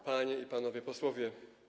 Panie i Panowie Posłowie!